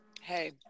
hey